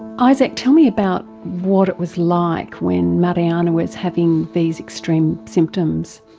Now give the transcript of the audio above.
isaac, tell me about what it was like when mariana was having these extreme symptoms.